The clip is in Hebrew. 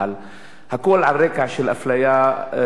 הכול על רקע של אפליה קשה מאוד.